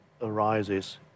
arises